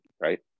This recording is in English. Right